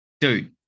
dude